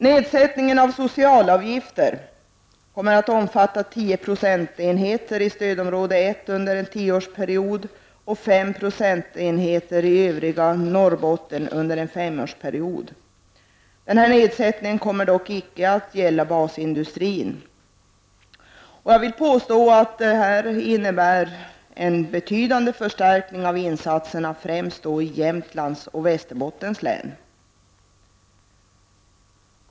Nedsättningen av socialavgifter kommer att omfatta 10 procentenheter i stödområde 1 under en tioårsperiod och 5 procentenheter i övriga Norrbotten under en femårsperiod. Nedsättningen kommer dock icke att gälla basindustrin. Jag vill påstå att det innebär en betydande förstärkning av insatserna främst i Jämtlands och Västerbottens län.